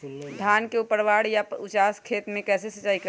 धान के ऊपरवार या उचास खेत मे कैसे सिंचाई करें?